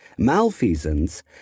malfeasance